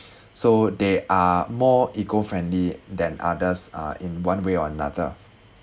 so they are more eco friendly than others uh in one way or another